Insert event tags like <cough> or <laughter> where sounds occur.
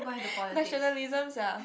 <laughs> nationalism sia